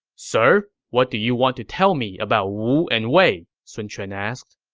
sir, what do you want to tell me about wu and wei? sun quan asked